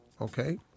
Okay